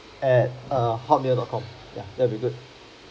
at err hotmail dot com ya that'll be good